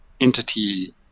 entity